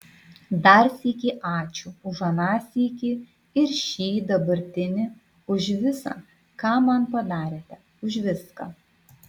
dar sykį ačiū už aną sykį ir šį dabartinį už visa ką man padarėte už viską